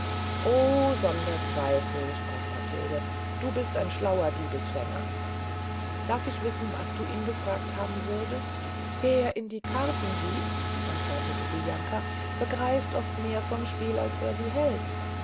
sonder zweifel sprach matilde du bist ein schlauer diebesfänger darf ich wissen was du gefragt haben würdest wer in die charten sieht antwortete bianca begreift oft mehr vom spiel als wer sie hält